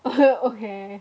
okay